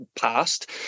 passed